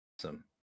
awesome